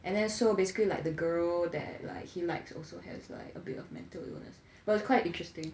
and then so basically like the girl that like he likes also has like a bit of mental illness but it's quite interesting